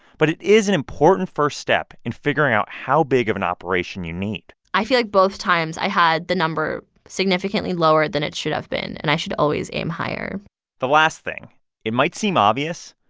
but it is an important first step in figuring out how big of an operation you need i feel like both times i had the number significantly lower than it should have been, and i should always aim higher the last thing it might seem obvious,